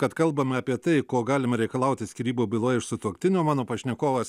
kad kalbame apie tai ko galima reikalauti skyrybų byloje iš sutuoktinio mano pašnekovas